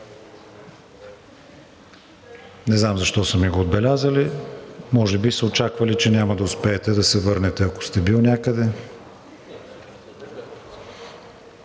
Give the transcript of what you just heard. Не знам защо са ми го отбелязали. Може би са очаквали, че няма да успеете да се върнете, ако сте били някъде.